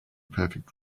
perfect